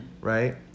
right